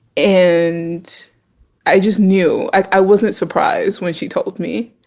and i just knew. i wasn't surprised when she told me